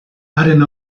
haren